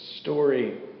story